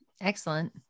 excellent